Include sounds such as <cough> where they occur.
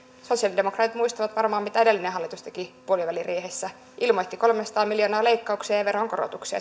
sosiaalidemokraatit muistavat varmaan mitä edellinen hallitus teki puoliväliriihessä ilmoitti kolmesataa miljoonaa leikkauksia ja ja veronkorotuksia <unintelligible>